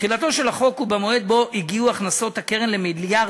תחילתו של החוק היא במועד שבו הגיעו הכנסות הקרן למיליארד,